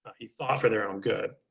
he thought for their own good,